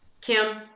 Kim